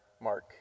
mark